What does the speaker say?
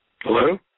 Hello